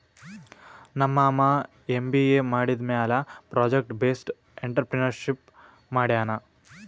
ನಮ್ ಮಾಮಾ ಎಮ್.ಬಿ.ಎ ಮಾಡಿದಮ್ಯಾಲ ಪ್ರೊಜೆಕ್ಟ್ ಬೇಸ್ಡ್ ಎಂಟ್ರರ್ಪ್ರಿನರ್ಶಿಪ್ ಮಾಡ್ಯಾನ್